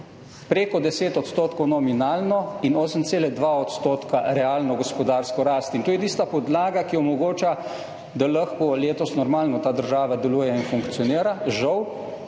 prek 10 % nominalno in 8,2 % realno gospodarsko rast. To je tista podlaga, ki omogoča, da lahko letos normalno ta država deluje in funkcionira. Žal